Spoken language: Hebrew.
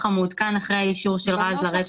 המעודכן אחרי האישור של רז נזרי לרטרואקטיביות.